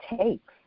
takes